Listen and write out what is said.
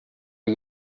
are